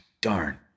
darn